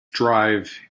drive